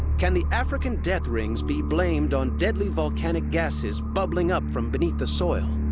can the african death rings be blamed on deadly volcanic gases bubbling up from beneath the soil?